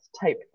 type